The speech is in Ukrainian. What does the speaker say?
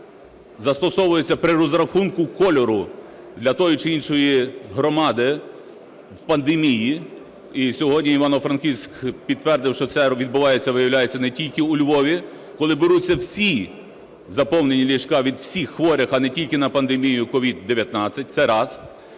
застосовуються при розрахунку кольору для тої чи іншої громади в пандемії. І сьогодні Івано-Франківськ підтвердив, що це відбувається, виявляється, не тільки у Львові, коли беруться всі заповнені ліжка від усіх хворих, а не тільки на пандемію COVID-19, це раз.